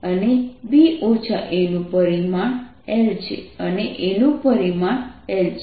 અને b a નું પરિમાણ L છે